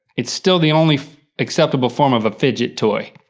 it's still the only acceptable form of a fidget toy,